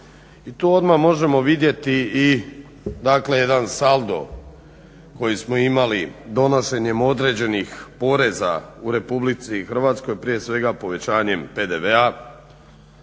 I tu odmah možemo vidjeti i jedan saldo koji smo imali donošenjem određenih poreza u Republici Hrvatskoj, prije svega povećanjem PDV-a,